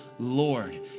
Lord